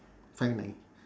five nine